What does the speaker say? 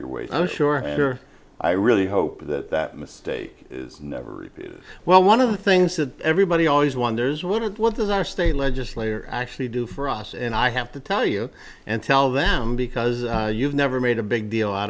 your way i'm sure i really hope that that mistake is never repeated well one of the things that everybody always wonders when it was our state legislator actually do for us and i have to tell you and tell them because you've never made a big deal out